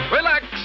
Relax